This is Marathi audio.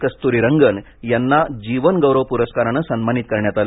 कस्तुरीरंगन यांना जीवन गौरव पुरस्कारानं सन्मानित करण्यात आलं